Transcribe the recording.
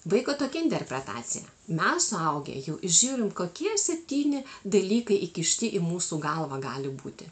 vaiko tokia interpretacija mes suaugę jau įžiūrim kokie septyni dalykai įkišti į mūsų galvą gali būti